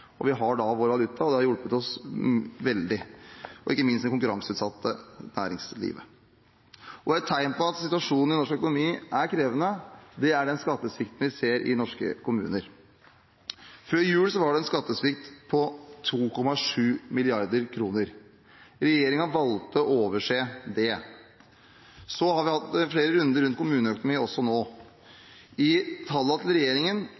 Vi har vår valuta, og det har hjulpet oss veldig, ikke minst det konkurranseutsatte næringslivet. Et tegn på at situasjonen i norsk økonomi er krevende, er den skattesvikten vi ser i norske kommuner. Før jul var det en skattesvikt på 2,7 mrd. kr. Regjeringen valgte å overse det. Så har vi hatt flere runder rundt kommuneøkonomi også nå. I tallene til regjeringen